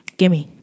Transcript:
gimme